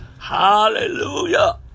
Hallelujah